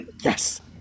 Yes